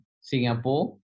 Singapore